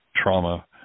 trauma